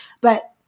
but-